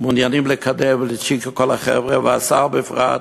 מעוניינים לקדם, צ'יקו וכל החבר'ה, והשר בפרט.